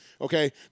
okay